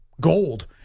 gold